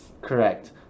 correct